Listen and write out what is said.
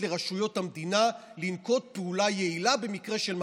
לרשויות המדינה לנקוט פעולה יעילה במקרה של מגפה.